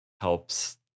helps